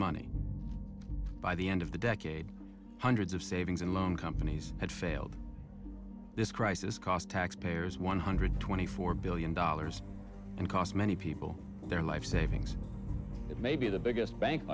money by the end of the decade hundreds of savings and loan companies had failed this crisis cost taxpayers one hundred twenty four billion dollars and cost many people their life savings maybe the biggest bank